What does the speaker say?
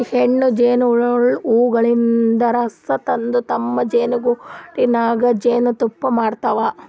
ಹೆಣ್ಣ್ ಜೇನಹುಳ ಹೂವಗೊಳಿನ್ದ್ ರಸ ತಂದ್ ತಮ್ಮ್ ಜೇನಿಗೂಡಿನಾಗ್ ಜೇನ್ತುಪ್ಪಾ ಮಾಡ್ತಾವ್